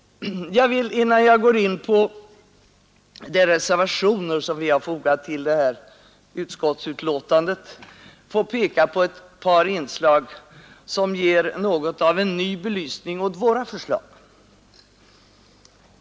Jag vill, innan jag går in på de reservationer som vi moderater fogat vid utskottets betänkande, peka på ett par inslag som ger något av en ny belysning åt våra förslag.